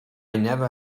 never